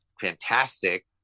fantastic